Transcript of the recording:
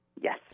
Yes